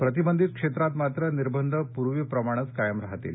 प्रतिबंधित क्षेत्रात मात्र निर्बंध पूर्वीप्रमाणेच कायम राहणार आहेत